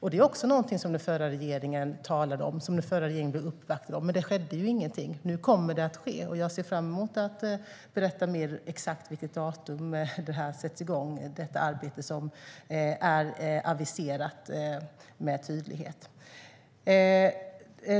Detta är också något som den förra regeringen talade om och blev uppvaktad om, men det skedde inget. Nu kommer det att ske, och jag ser fram emot att berätta mer när vi vet vilket datum detta aviserade arbete sätts igång.